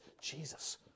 Jesus